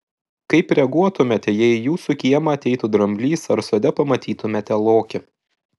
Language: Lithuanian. kaip reaguotumėte jei į jūsų kiemą ateitų dramblys ar sode pamatytumėte lokį